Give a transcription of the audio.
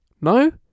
No